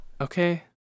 Okay